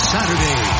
Saturday